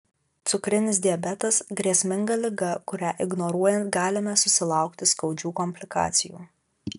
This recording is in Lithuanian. cukrinis diabetas grėsminga liga kurią ignoruojant galime susilaukti skaudžių komplikacijų